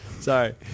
sorry